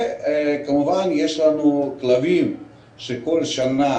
וכמובן יש לנו כלבים שכל שנה